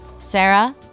Sarah